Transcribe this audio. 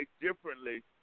differently